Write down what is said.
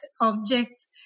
objects